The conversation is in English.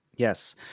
Yes